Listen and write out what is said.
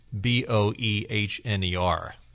b-o-e-h-n-e-r